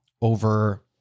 over